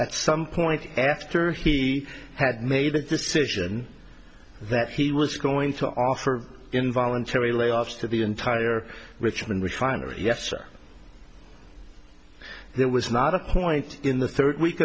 at some point after he had made that decision that he was going to offer involuntary layoffs to the entire richmond refinery yes sure there was not a point in the third week